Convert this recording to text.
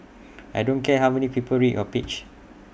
I don't care how many people read your page